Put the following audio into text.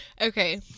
Okay